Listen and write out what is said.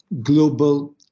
global